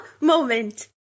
moment